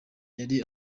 yari